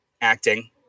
acting